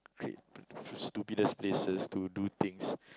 cra~ stupidest places to do things